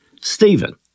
Stephen